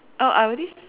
err I already